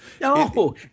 No